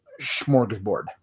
smorgasbord